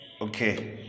Okay